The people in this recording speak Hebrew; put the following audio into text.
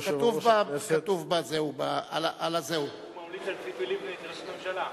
כתוב הוא ממליץ על ציפי לבני לראשות הממשלה?